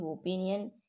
opinion